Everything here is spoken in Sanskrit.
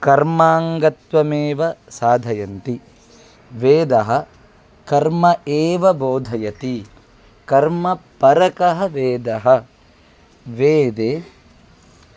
कर्माङ्गत्वमेव साधयन्ति वेदः कर्म एव बोधयति कर्मपरकः वेदः वेदे